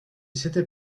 c’était